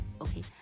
okay